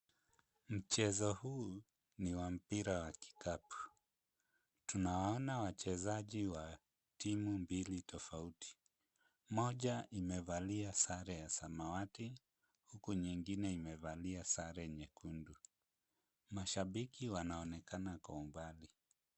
Mchezo huu ni wa mpira wa kikapu. Tunaona wachezaji wa timu mbili tofauti. Moja imevalia sare ya samawati huku nyingine imevalia sare nyekundu. Mashabiki wanaonekana kwa umbali.